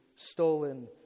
stolen